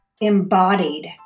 embodied